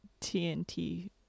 TNT